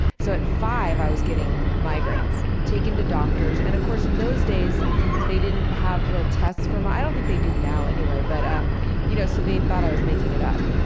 so at five i was getting migraines, taken to doctors. and of course in those days they didn't have real tests for migraines, i don't think they do now anyway, but um you know so they thought i was making it up.